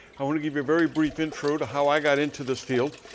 i want to give you a very brief intro to how i got into this field.